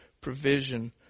Provision